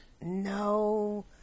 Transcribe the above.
No